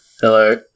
Hello